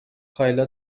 کایلا